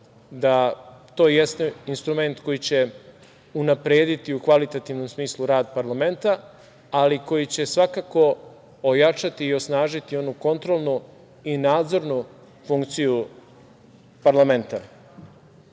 da to jeste instrument koji će unaprediti u kvalitetnom smislu rad parlamenta, ali koji će svakako ojačati i osnažiti onu kontrolnu i nadzornu funkciju parlamenta. Znate